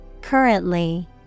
Currently